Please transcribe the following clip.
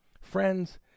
Friends